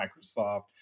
Microsoft